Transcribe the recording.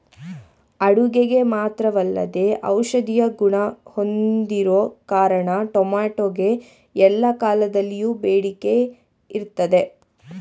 ಅಡುಗೆಗೆ ಮಾತ್ರವಲ್ಲದೇ ಔಷಧೀಯ ಗುಣ ಹೊಂದಿರೋ ಕಾರಣ ಟೊಮೆಟೊಗೆ ಎಲ್ಲಾ ಕಾಲದಲ್ಲಿಯೂ ಬೇಡಿಕೆ ಇರ್ತದೆ